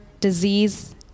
disease